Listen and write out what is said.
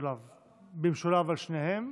על שתיהן,